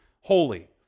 holy